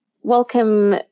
welcome